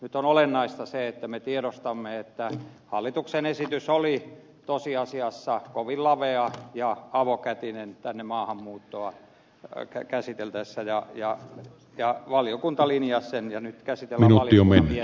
nyt on olennaista se että me tiedostamme että hallituksen esitys oli tosiasiassa kovin lavea ja avokätinen maahanmuuttoa käsiteltäessä ja valiokunta linjasi sen ja nyt käsitellään valiokunnan mietintöä